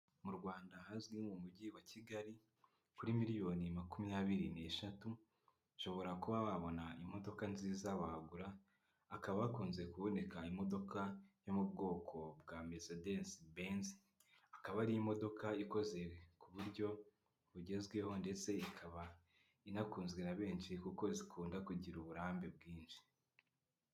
M'u Rwanda hazwi mu mujyi wa Kigali kuri miliyoni makumyabiri n'eshatu ushobora kuba wabona imodoka nziza wagura hakaba hakunze kuboneka imodoka yo mu bwoko bwa mercedes benz, akaba ari imodoka ikoze ku buryo bugezweho ndetse ikaba inakunzwe na benshi kuko zikunda kugira uburambe bwinshi.